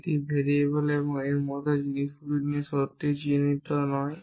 এটি ভেরিয়েবল এবং এর মতো জিনিসগুলি নিয়ে সত্যিই চিন্তিত নয়